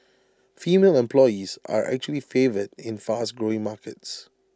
female employees are actually favoured in fast growing markets